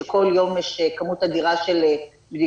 שכל יום יש כמות אדירה של בדיקות,